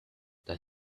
that